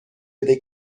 بده